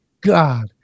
God